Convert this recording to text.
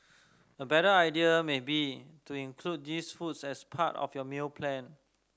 a better idea may be to include these foods as part of your meal plan